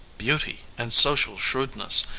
beauty, and social shrewdness,